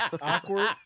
Awkward